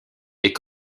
est